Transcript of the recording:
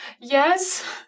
Yes